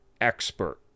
expert